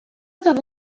تظن